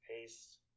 Paste